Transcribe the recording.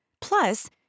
Plus